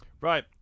Right